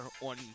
on